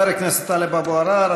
חבר הכנסת טלב אבו עראר,